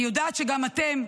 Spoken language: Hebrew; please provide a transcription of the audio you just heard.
אני יודעת שגם אתם,